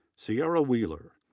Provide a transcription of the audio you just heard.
cierra wheeler,